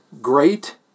great